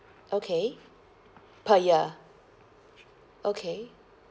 okay per year okay